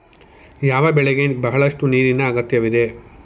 ಯಾವ ಬೆಳೆಗೆ ಬಹಳಷ್ಟು ನೀರಿನ ಅಗತ್ಯವಿದೆ?